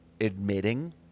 admitting